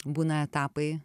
būna etapai